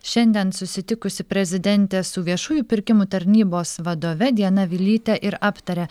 šiandien susitikusi prezidentė su viešųjų pirkimų tarnybos vadove diana vilyte ir aptarė